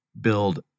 build